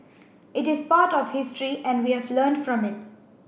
it is part of history and we have learned from it